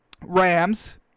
Rams